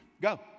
go